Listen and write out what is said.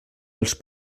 als